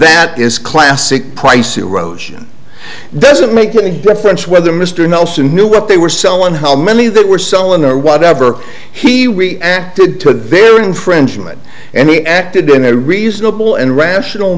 that is classic price erosion doesn't make any difference whether mr nelson knew what they were selling how many they were selling or whatever he did to their infringement and he acted in a reasonable and rational